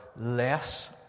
less